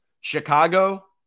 Chicago